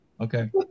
Okay